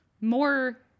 more